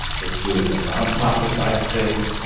get to do it in the nonprofit side of things,